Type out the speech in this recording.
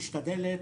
משתדלת,